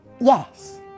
Yes